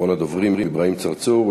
אחרון הדוברים, אברהים צרצור.